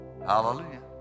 hallelujah